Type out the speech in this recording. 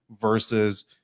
versus